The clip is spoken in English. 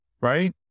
right